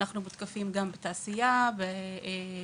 אנחנו מותקפים גם מצד התעשייה, מפרסומות.